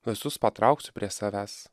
visus patrauksiu prie savęs